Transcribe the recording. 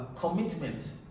commitment